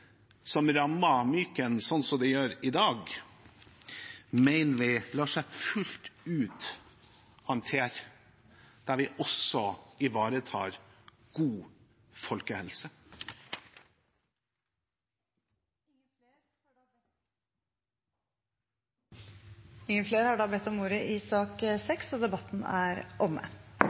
som rammer Myken sånn det gjør i dag, mener vi lar seg fullt ut håndtere mens vi også ivaretar god folkehelse. Flere har ikke bedt om ordet til sak nr. 6 Etter ønske fra helse- og omsorgskomiteen vil presidenten ordne debatten